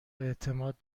اعتماد